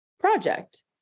project